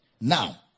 Now